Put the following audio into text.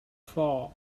floor